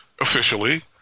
officially